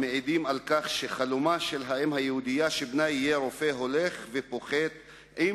המעידים על כך שחלומה של האם היהודייה שבנה יהיה רופא הולך ופוחת עם